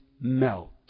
melt